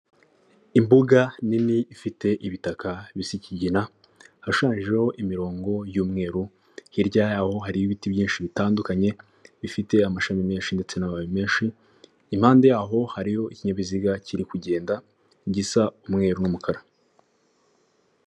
Imbuga nini ifite ibitaka bisa ikigina hashushanyijeho imirongo y'umweru, hirya yaho hari ibiti byinshi bitandukanye bifite amashami menshi ndetse n'amababi menshi, impande yaho hariho ikinyabiziga kiri kugenda gisa umweru n'umukara.